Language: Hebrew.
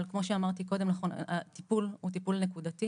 אבל כמו שאמרתי קודם לכן: הטיפול הוא נקודתי.